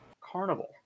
carnival